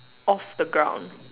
off the ground